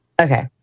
Okay